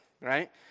right